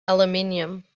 aluminium